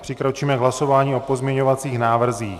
Přikročíme k hlasování o pozměňovacích návrzích.